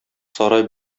сарай